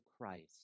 Christ